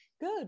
Good